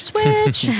Switch